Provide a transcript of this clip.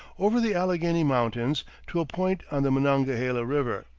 over the alleghany mountains to a point on the monongahela river.